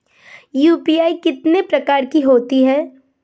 UPI कितने प्रकार की होती हैं?